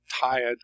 tired